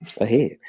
Ahead